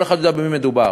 כל אחד יודע במי מדובר.